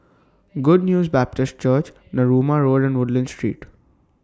Good News Baptist Church Narooma Road and Woodlands Street